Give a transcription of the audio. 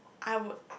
I would